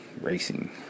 racing